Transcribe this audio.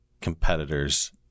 competitors